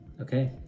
Okay